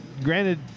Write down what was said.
granted